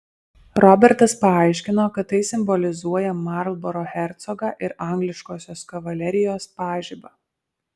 robertas paaiškino kad tai simbolizuoja marlboro hercogą ir angliškosios kavalerijos pažibą